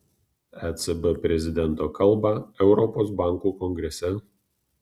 ecb prezidento kalbą europos bankų kongrese